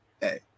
hey